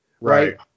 Right